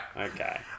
Okay